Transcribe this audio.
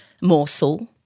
morsel